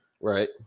Right